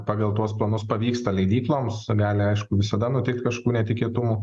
pagal tuos planus pavyksta leidykloms gali aišku visada nutikti kažkokių netikėtumų